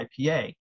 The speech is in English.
IPA